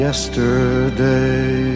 Yesterday